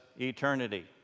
eternity